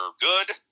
good